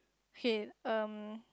head um